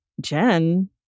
Jen